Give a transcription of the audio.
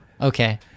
Okay